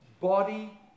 body